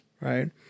right